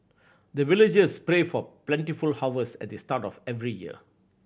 the villagers pray for plentiful harvest at this start of every year